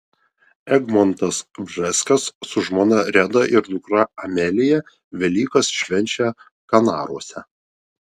egmontas bžeskas su žmona reda ir dukra amelija velykas švenčia kanaruose